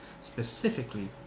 specifically